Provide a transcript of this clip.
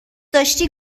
داشتی